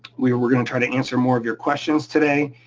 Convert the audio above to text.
we were were gonna try to answer more of your questions today,